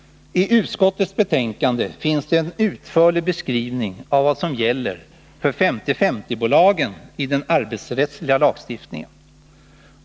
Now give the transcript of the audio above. I utskottets betänkande finns det en utförlig beskrivning av vad som gäller för 50/50-bolagen i den arbetsrättsliga lagstiftningen.